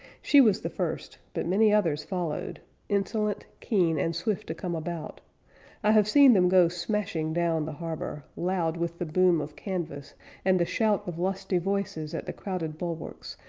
she was the first, but many others followed insolent, keen, and swift to come-about, i have seen them go smashing down the harbor, loud with the boom of canvas and the shout of lusty voices at the crowded bulwarks,